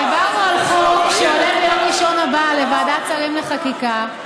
דיברנו על חוק שעולה ביום ראשון הבא לוועדת השרים לחקיקה,